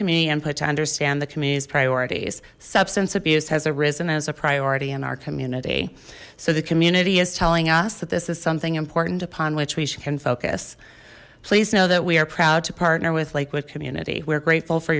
community input to understand the community's priorities substance abuse has arisen as a priority in our community so the community is telling us that this is something important upon which we should can focus please know that we are proud to partner with lakewood community we're grateful for